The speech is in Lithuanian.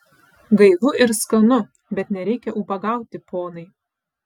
gaivu ir skanu bet nereikia ubagauti ponai